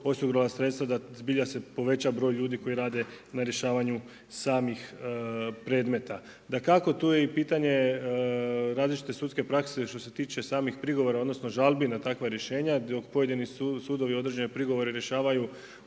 osigurala sredstva da zbilja se poveća broj ljudi koji rade na rješavanju samih predmeta. Dakako tu je i pitanje različite sudske prakse što se tiče samih prigovora, odnosno žalbi na takva rješenja dok pojedini sudovi određene prigovore rješavaju